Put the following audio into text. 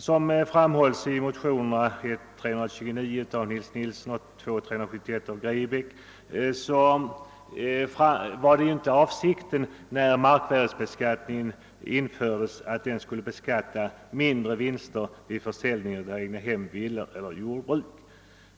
Som framhålles i motionerna I: 329 av herr Nils Nilsson och II: 371 av herr Grebäck m.fl. var avsikten när markvärdebeskattningen infördes inte att beskatta mindre vinster vid försäljning av egnahem, villor eller jordbruk.